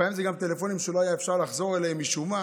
לפעמים זה גם טלפונים שלא היה אפשר לחזור אליהם משום מה.